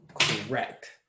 correct